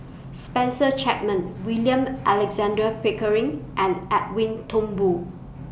Spencer Chapman William Alexander Pickering and Edwin Thumboo